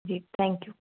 ji thank you